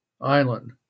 island